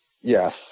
Yes